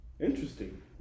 Interesting